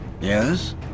Yes